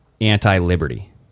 anti-liberty